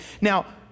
now